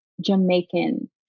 Jamaican